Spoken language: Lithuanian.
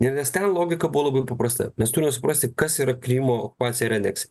ir nes ten logika buvo labai paprasta mes turime suprasti kas yra krymo okupacija ir aneksija